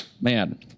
man